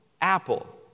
Apple